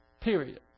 period